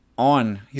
on